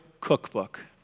cookbook